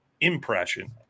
impression